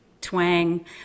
twang